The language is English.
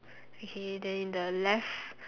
okay then in the left